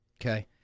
Okay